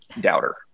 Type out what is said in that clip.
doubter